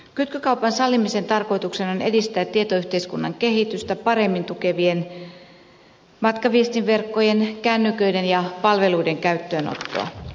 kytkykaupan sallimisen tarkoituksena on edistää tietoyhteiskunnan kehitystä paremmin tukevien matkaviestinverkkojen kännyköiden ja palveluiden käyttöönottoa